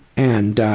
and